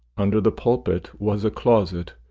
under the pulpit was a closet,